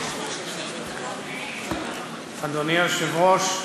אדוני היושב-ראש,